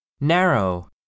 Narrow